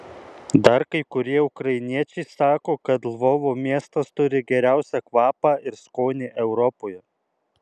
dar kai kurie ukrainiečiai sako kad lvovo miestas turi geriausią kvapą ir skonį europoje